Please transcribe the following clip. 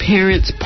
Parents